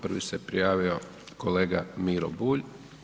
Prvi se prijavio kolega Miro Bulj.